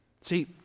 See